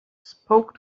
spoke